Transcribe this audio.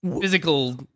physical